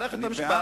של מערכת המשפט,